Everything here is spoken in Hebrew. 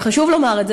וחשוב לומר את זה,